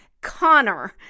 Connor